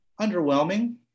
underwhelming